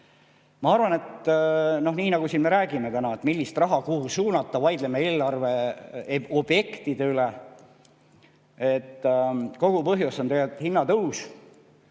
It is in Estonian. Ma arvan, et nii nagu me siin täna räägime, millist raha kuhu suunata, vaidleme eelarveobjektide üle – kogu põhjus on tegelikult hinnatõus,